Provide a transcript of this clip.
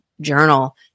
journal